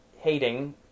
hating